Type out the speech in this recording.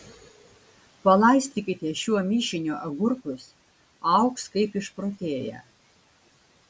palaistykite šiuo mišiniu agurkus augs kaip išprotėję